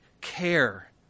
care